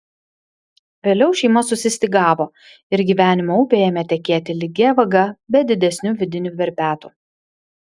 vėliau šeima susistygavo ir gyvenimo upė ėmė tekėti lygia vaga be didesnių vidinių verpetų